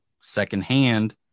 secondhand